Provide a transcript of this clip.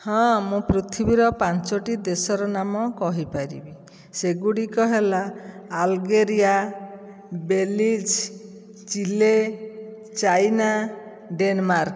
ହଁ ମୁଁ ପୃଥିବୀର ପାଞ୍ଚୋଟି ଦେଶର ନାମ କହିପାରିବି ସେଗୁଡ଼ିକ ହେଲା Algeria Belize Chile China Denmark